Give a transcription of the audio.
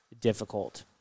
difficult